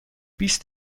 بیست